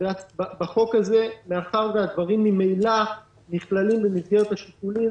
בחוק הזה מאחר והדברים ממילא נכללים במסגרת השיקולים